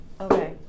Okay